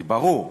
זה ברור.